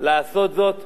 לעשות זאת,